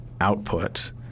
output